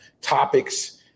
topics